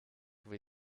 will